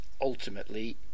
ultimately